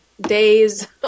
days